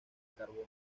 carbono